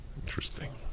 Interesting